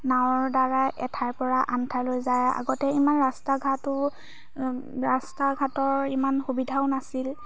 নাৱৰদ্বাৰা এঠাইৰপৰা আন ঠাইলৈ যায় আগতে ইমান ৰাস্তা ঘাটো ৰাস্তা ঘাটৰ ইমান সুবিধাও নাছিল